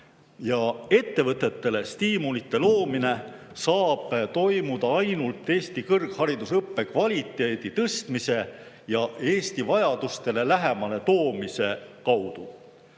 Ettevõtetele stiimulite loomine saab toimuda ainult Eesti kõrgharidusõppe kvaliteedi tõstmise ja Eesti vajadustele lähemale toomise